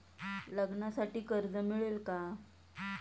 लग्नासाठी कर्ज मिळेल का?